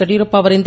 ಯಡಿಯೂರಪ್ಪ ಅವರಿಂದ